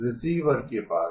receiver के पास